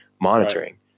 monitoring